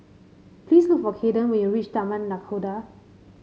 please look for Caiden when you reach Taman Nakhoda